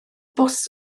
bws